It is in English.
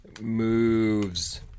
Moves